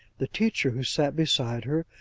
the teacher who sat beside her,